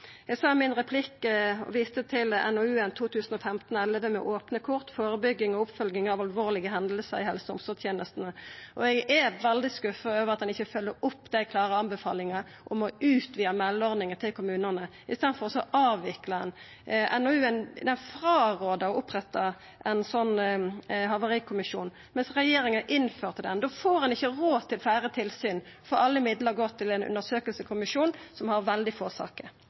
Eg viste i min replikk til NOU 2015:11, Med opne kort – Forebygging og oppfølging av alvorlige hendelser i helse- og omsorgetjenestene. Eg er veldig skuffa over at ein ikkje følgjer opp den klare tilrådinga om å utvida meldeordninga til kommunane. I staden avviklar ein. NOU-en åtvarar mot å oppretta ein slik havarikommisjon, men regjeringa har innført det. Da får ein ikkje råd til fleire tilsyn, for alle midlane går til ein undersøkingkommisjon som har veldig få saker.